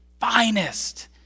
finest